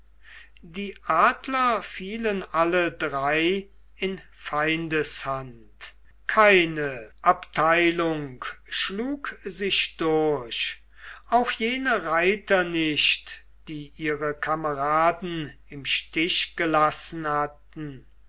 die adler fielen alle drei in feindeshand keine abteilung schlug sich durch auch jene reiter nicht die ihre kameraden im stich gelassen hatten